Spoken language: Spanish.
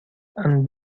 han